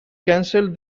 canceled